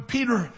Peter